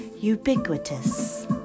ubiquitous